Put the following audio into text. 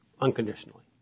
unconditionally